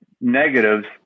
negatives